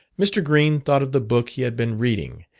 mr. green thought of the book he had been reading,